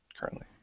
currently